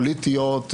פוליטיות,